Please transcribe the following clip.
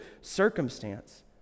circumstance